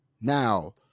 now